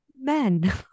men